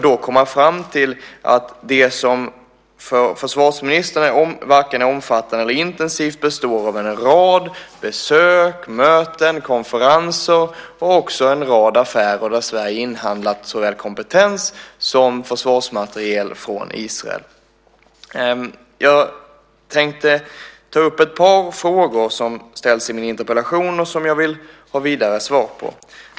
Då kom man fram till att det som för försvarsministern varken är omfattande eller intensivt består av en rad besök, möten, konferenser och också en rad affärer där Sverige inhandlat såväl kompetens som försvarsmateriel från Israel. Jag tänkte ta upp ett par frågor som ställs i min interpellation och som jag vill ha vidare svar på.